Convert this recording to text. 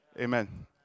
Amen